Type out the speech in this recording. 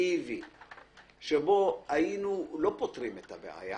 מאסיבי שבו אולי לא היינו פותרים את הבעיה